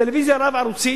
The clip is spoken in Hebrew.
טלוויזיה רב-ערוצית,